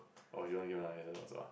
oh also ah